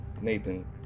Nathan